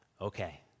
Okay